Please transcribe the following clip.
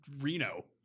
Reno